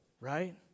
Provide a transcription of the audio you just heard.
Right